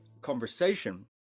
conversation